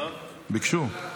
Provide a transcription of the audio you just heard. ביקשו.